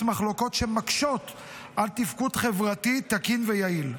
מחלוקות שמקשות על תפקוד חברתי תקין ויעיל.